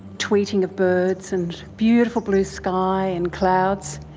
tweeting of birds and beautiful blue sky and clouds.